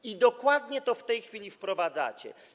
I dokładnie to w tej chwili wprowadzacie.